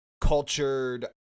cultured